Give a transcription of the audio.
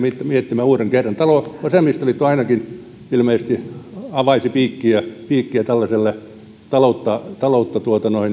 miettimään uuden kerran vasemmistoliitto ilmeisesti ainakin avaisi piikkiä piikkiä tällaiselle taloutta taloutta